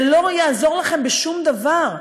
זה לא יעזור לכם בשום דבר.